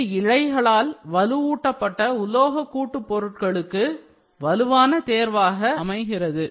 இது இழைகளால் வலுவூட்டப்பட்ட உலோக கூட்டு பொருட்களுக்கு fibers reinforced metallic composites வலுவான தேர்வாக அமைகிறது